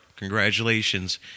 Congratulations